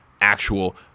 actual